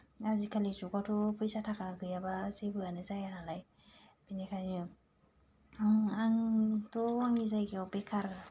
आजिखालि जुगावथ' फैसा थाखा गैयाब्ला जेबोआनो जाया नालाय बेनिखायनो आंथ' आंनि जायगायाव बेखार